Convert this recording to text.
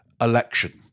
election